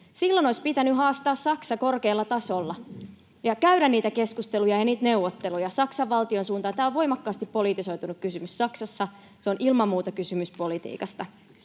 Silloin olisi pitänyt haastaa Saksa korkealla tasolla ja käydä niitä keskusteluja ja neuvotteluja Saksan valtion suuntaan. Tämä on voimakkaasti politisoitunut kysymys Saksassa, se on ilman muuta kysymys politiikasta.